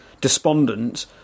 despondent